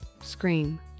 Scream